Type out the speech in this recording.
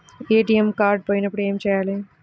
ATM card పోయినప్పుడు ఏమి చేయాలి?